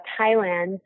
Thailand